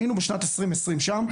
היינו בשנת 2020 שם,